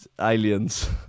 aliens